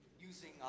using